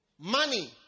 money